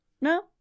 no